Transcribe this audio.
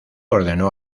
ordenó